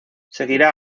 seguirá